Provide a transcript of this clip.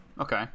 Okay